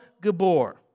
Gabor